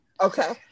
Okay